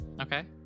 Okay